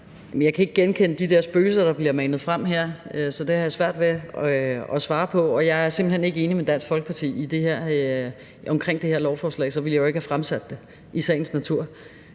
Jeg kan ikke genkende de der spøgelser, der bliver manet frem her. Så det har jeg svært ved at svare på, og jeg er simpelt hen ikke enig med Dansk Folkeparti omkring det her lovforslag; så ville jeg jo ikke have fremsat det, i sagens natur.